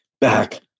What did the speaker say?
back